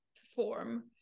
perform